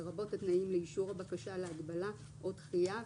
לרבות התנאים לאישור הבקשה להגבלה או דחייה,